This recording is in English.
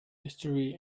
history